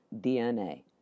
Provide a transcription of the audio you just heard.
DNA